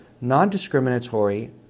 non-discriminatory